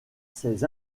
ces